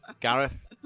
gareth